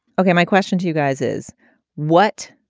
okay. my question to you guys is what?